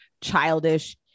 childish